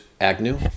Agnew